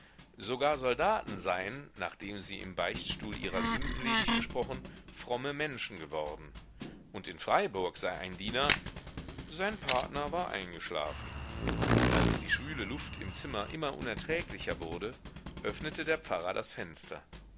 sogar soldaten seien nachdem sie im beichtstuhl ihrer sünden ledig gesprochen fromme menschen geworden und in freiburg sei ein diener sein partner war eingeschlafen als die schwüle luft im zimmer immer unerträglicher wurde öffnete der pfarrer das fenster